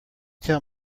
tell